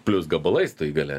plius gabalais tai gali